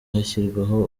hashyirwaho